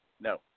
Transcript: No